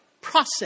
process